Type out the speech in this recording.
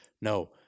no